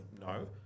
No